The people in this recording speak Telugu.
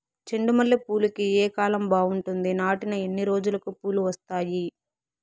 చెండు మల్లె పూలుకి ఏ కాలం బావుంటుంది? నాటిన ఎన్ని రోజులకు పూలు వస్తాయి?